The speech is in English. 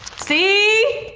see?